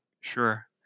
Sure